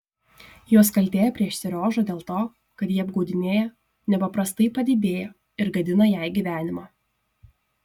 jos kaltė prieš seriožą dėl to kad jį apgaudinėja nepaprastai padidėjo ir gadina jai gyvenimą